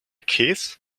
keys